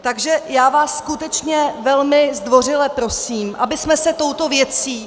Takže já vás skutečně velmi zdvořile prosím, abychom se touto věcí...